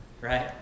right